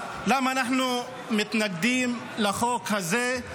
למה אנחנו מתנגדים לחוק הזה?